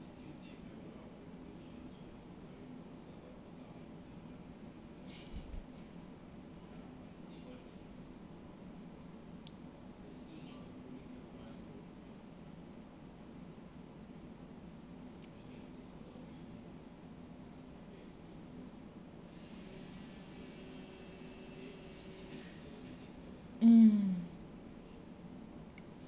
mm